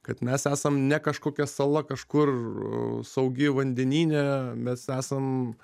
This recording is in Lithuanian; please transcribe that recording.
kad mes esam ne kažkokia sala kažkur saugi vandenyne mes esam